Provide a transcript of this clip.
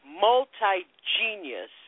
multi-genius